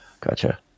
Gotcha